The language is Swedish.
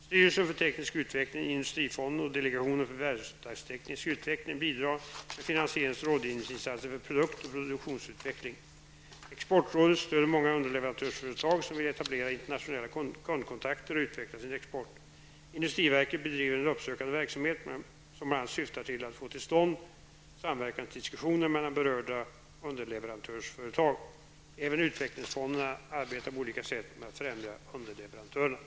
Styrelsen för teknisk utveckling, industrifonden och delegationen för verkstadsteknisk utveckling bidrar med finansierings och rådgivningsinsatser för produkt och produktionsutveckling. Exportrådet stöder många underleverantörsföretag som vill etablera internationella kundkontakter och utveckla sin export. Industriverket bedriver en uppsökande verksamhet, som bl.a. syftar till att få till stånd samverkansdiskussioner mellan berörda underleverantörsföretag. Även utvecklingsfonderna arbetar på olika sätt med att främja underleverantörerna.